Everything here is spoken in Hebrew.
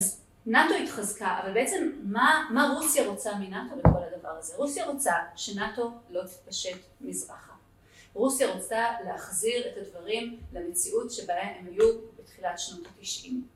אז נאטו התחזקה, אבל בעצם מה רוסיה רוצה מנאטו בכל הדבר הזה? רוסיה רוצה שנאטו לא תתפשט מזרחה. רוסיה רוצה להחזיר את הדברים למציאות שבהם היו בתחילת שנות ה-90.